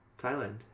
Thailand